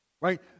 Right